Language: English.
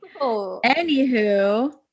Anywho